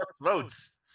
votes